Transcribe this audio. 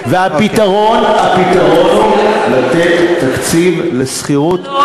והפתרון הוא לתת תקציב לשכירות,